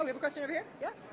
um question over here. yeah?